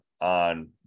on